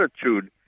attitude